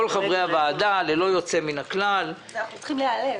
כל חברי הוועדה ללא יוצא מן הכלל --- אז אנחנו צריכים להיעלב.